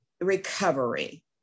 recovery